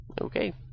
Okay